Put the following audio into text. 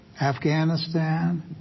Afghanistan